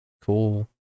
Cool